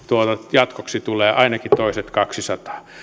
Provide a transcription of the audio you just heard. jatkoksi tulee ainakin toiset kaksisataa